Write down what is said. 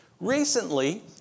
Recently